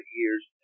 years